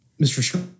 Mr